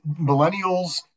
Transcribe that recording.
Millennials